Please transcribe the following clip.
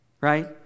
right